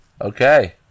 Okay